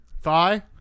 Thigh